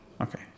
Okay